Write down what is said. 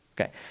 Okay